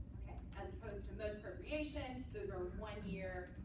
as opposed to most appropriations, those are one year.